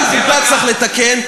גם חוקה צריך לתקן,